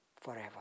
forever